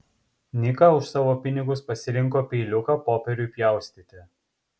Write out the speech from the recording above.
nika už savo pinigus pasirinko peiliuką popieriui pjaustyti